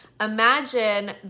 Imagine